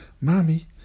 mommy